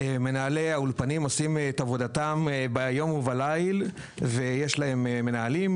מנהלי האולפנים עושים את עבודתם ביום ובליל ויש להם מנהלים,